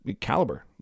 caliber